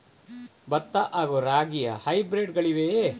ಭತ್ತ ಹಾಗೂ ರಾಗಿಯ ಹೈಬ್ರಿಡ್ ಗಳಿವೆಯೇ?